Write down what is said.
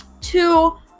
Two